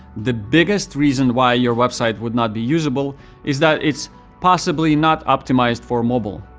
the biggest reason why your website would not be usable is that it's possibly not optimized for mobile.